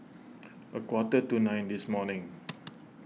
a quarter to nine this morning